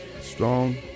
strong